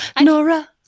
Nora